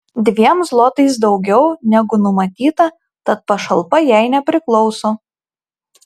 dviem zlotais daugiau negu numatyta tad pašalpa jai nepriklauso